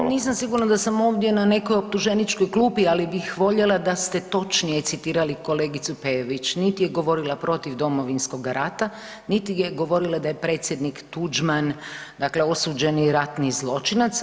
Pa nisam sigurna da sam ovdje na nekoj optuženičkoj klupi, ali bih voljela da ste točnije citirali kolegicu Peović, niti je govorila protiv Domovinskog rata, niti je govorila da je predsjednik Tuđman, dakle osuđeni ratni zločinac.